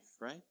right